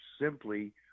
simply